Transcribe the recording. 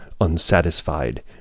unsatisfied